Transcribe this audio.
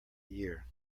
year